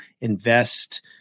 invest